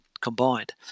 combined